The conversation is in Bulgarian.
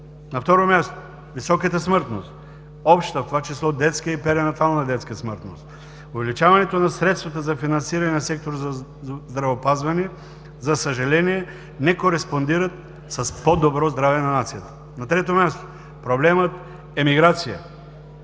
На второ място, високата смъртност – обща, в това число детска и перинатална детска смъртност. Увеличаването на средствата за финансиране на сектора за здравеопазване, за съжаление, не кореспондират с по-добро здраве на нацията. На трето място, проблемът емиграция.